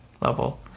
level